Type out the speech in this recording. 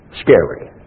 scary